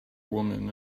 woman